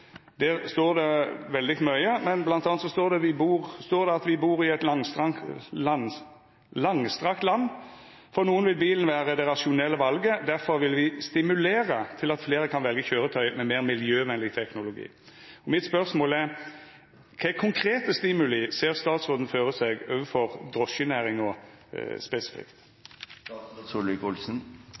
Der står det veldig mykje, bl.a: «Vi bor i et langstrakt land. For noen vil bilen være det rasjonelle valget. Derfor vil vi stimulere til at flere kan velge kjøretøy med mer miljøvennlig teknologi.» Mitt spørsmål er: Kva for konkrete stimuli ser statsråden for seg overfor drosjenæringa spesifikt?